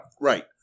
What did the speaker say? Right